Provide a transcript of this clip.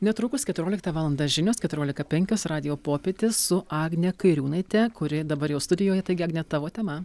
netrukus keturioliktą valandą žinios keturiolika penkios radijo popietė su agne kairiūnaite kuri dabar jau studijoje taigi agne tavo tema